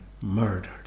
murdered